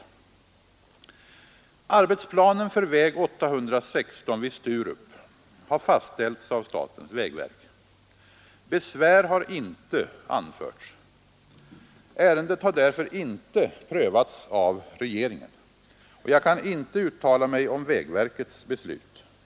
Arbetsplanen för väg 816 vid Sturup har fastställts av statens vägverk. Besvär har inte anförts. Ärendet har därför inte prövats av regeringen, och jag kan inte uttala mig om vägverkets beslut.